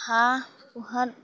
হাঁহ পোহাত